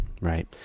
right